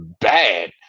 bad